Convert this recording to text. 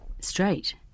straight